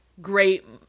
great